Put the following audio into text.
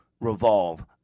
revolve